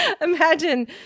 imagine